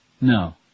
No